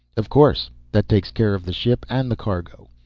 of course. that takes care of the ship and the cargo.